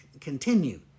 continue